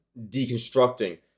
deconstructing